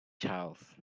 charles